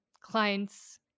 clients